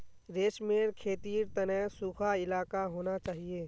रेशमेर खेतीर तने सुखा इलाका होना चाहिए